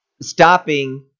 stopping